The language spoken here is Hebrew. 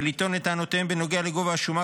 ולטעון את טענותיהם בנוגע לגובה השומה,